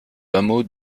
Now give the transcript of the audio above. hameau